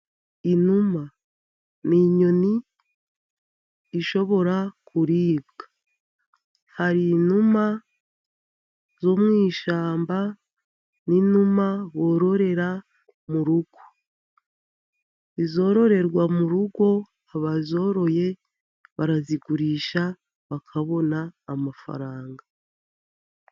Inuma ni inyoni ishobora kuribwa. Hari inuma zo mu ishyamba n'inuma bororera mu rugo. izororerwa mu rugo abazoroye barazigurisha bakabona amafaranga.